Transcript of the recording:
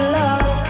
love